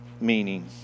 meaning